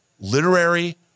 literary